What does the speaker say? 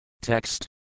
TEXT